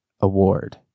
Award